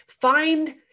find